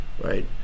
right